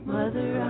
Mother